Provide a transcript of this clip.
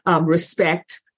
respect